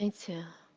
to